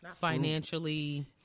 financially